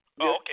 Okay